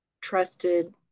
trusted